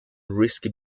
risky